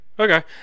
Okay